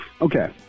Okay